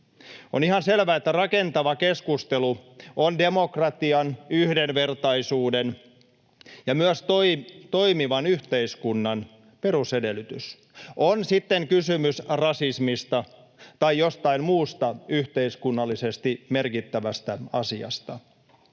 On ihan selvää, että rakentava keskustelu on demokratian, yhdenvertaisuuden ja myös toimivan yhteiskunnan perusedellytys, on sitten kysymys rasismista tai jostain muusta yhteiskunnallisesti merkittävästä asiasta.